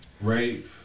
rape